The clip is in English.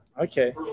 okay